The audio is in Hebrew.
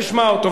נשמע אותו.